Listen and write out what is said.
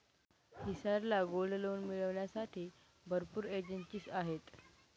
हिसार ला gold loan मिळविण्यासाठी भरपूर एजेंसीज आहेत